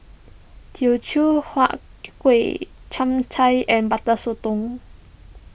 Teochew Huat Kueh Chap Chai and Butter Sotong